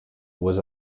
was